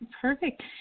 Perfect